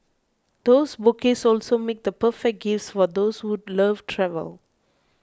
those bouquets also make the perfect gifts for those who love travel